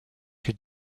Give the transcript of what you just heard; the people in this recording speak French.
que